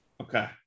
Okay